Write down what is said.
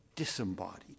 Disembodied